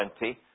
20